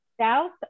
south